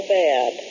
bad